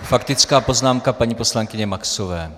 Faktická poznámka paní poslankyně Maxové.